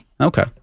Okay